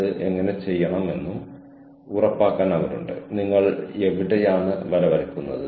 അവർ എന്നെ കേട്ടെന്ന് ഞാൻ കരുതുന്നു